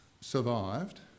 survived